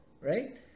right